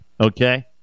Okay